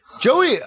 Joey